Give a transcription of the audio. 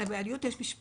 ביהדות אומרים: